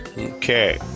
Okay